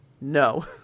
no